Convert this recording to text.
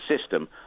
system